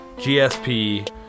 GSP